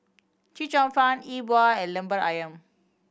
Chee Cheong Fun E Bua and Lemper Ayam